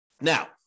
Now